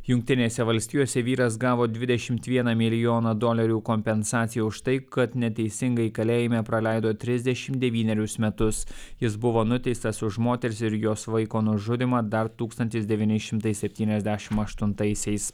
jungtinėse valstijose vyras gavo dvidešimt vieną milijoną dolerių kompensaciją už tai kad neteisingai kalėjime praleido trisdešimt devynerius metus jis buvo nuteistas už moters ir jos vaiko nužudymą dar tūkstantis devyni šimtai septyniasdešimt aštuntaisiais